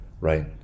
right